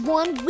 one